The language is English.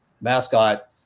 mascot